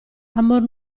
amor